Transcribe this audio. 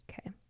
Okay